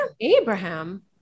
Abraham